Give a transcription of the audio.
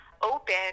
open